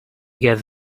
gave